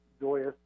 joyous